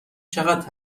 چقدر